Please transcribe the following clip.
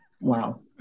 Wow